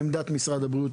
עמדת משרד הבריאות,